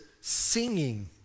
singing